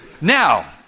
Now